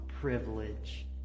privilege